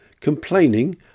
complaining